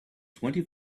twenty